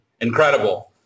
Incredible